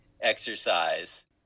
exercise